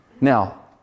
Now